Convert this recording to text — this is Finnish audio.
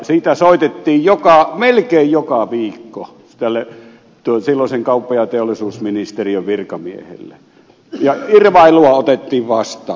siitä soitettiin melkein joka viikko silloisen kauppa ja teollisuusministeriön virkamiehelle ja irvailua otettiin vastaan